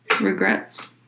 Regrets